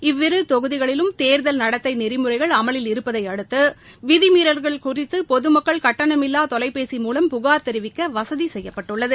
இவ்விரு தொகுதிகளிலும் தேர்தல் நடத்தை நெறிமுறைகள் அமலில் இருப்பதை அடுத்து விதிமீறல்கள் குறித்து பொதுமக்கள் கட்டணமில்வா தொலைபேசி மூலம் புகார் தெிவிக்க வசதி செய்யப்பட்டுள்ளது